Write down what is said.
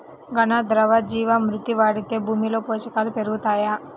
ఘన, ద్రవ జీవా మృతి వాడితే భూమిలో పోషకాలు పెరుగుతాయా?